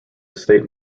estate